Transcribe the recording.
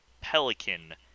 Pelican